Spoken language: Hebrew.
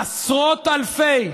עשרות אלפי,